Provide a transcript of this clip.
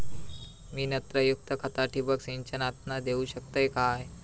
मी नत्रयुक्त खता ठिबक सिंचनातना देऊ शकतय काय?